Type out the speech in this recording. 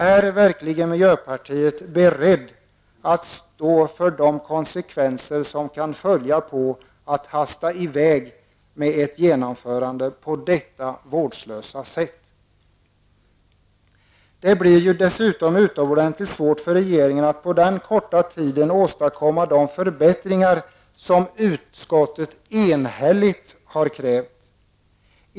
Är ni verkligen i miljöpartiet beredda att stå för konsekvenserna av att hasta i väg med ett genomförande på detta vårdslösa sätt? Det blir ju dessutom utomordentligt svårt för regeringen att på den korta tiden åstadkomma de förbättringar som utskottet enhälligt har krävt.